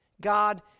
God